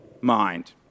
mind